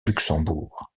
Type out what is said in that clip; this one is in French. luxembourg